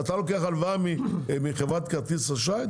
אתה לוקח הלוואה מחברת כרטיס אשראי,